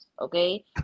okay